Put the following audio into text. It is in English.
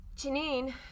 Janine